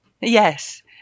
yes